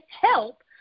help